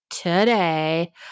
today